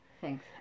thanks